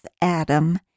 Adam